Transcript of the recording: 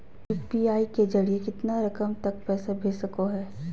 UPI के जरिए कितना रकम तक पैसा भेज सको है?